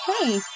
Hey